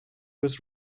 was